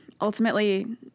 ultimately